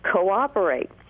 cooperate